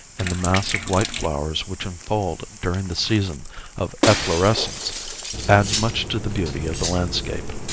and the mass of white flowers which unfold during the season of efflorescence adds much to the beauty of the landscape.